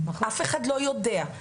אף אחד לא יודע,